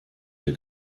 der